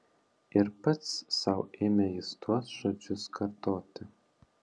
ir pats sau ėmė jis tuos žodžius kartoti